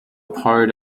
part